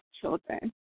children